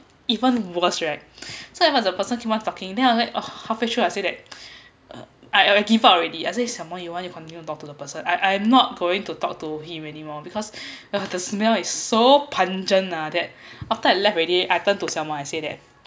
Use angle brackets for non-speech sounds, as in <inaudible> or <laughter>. even worse right so if a person keep on talking now then I was like half way through I say that <noise> uh I give up already I said siao wang you want you continue talk to the person I I'm not going to talk to him anymore because <noise> the smell is so pungent ah that after I left already I turned to someone I said that